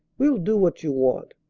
we'll do what you want.